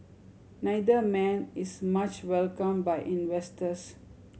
neither man is much welcome by investors